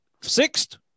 sixth